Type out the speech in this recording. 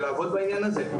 היא צריכה לעבוד בעניין הזה,